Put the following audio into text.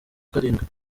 karindwi